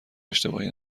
اشتباهی